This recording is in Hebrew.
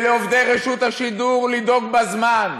ולעובדי רשות השידור לדאוג בזמן,